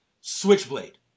Switchblade